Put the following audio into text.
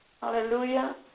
Hallelujah